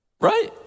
right